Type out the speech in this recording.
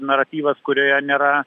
naratyvas kurioje nėra